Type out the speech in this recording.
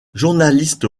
journaliste